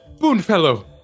Boonfellow